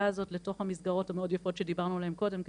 הזאת לתוך המסגרות המאוד יפות שדיברנו עליהן קודם,